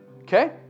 Okay